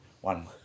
one